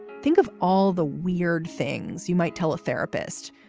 think of all the weird things you might tell a therapist,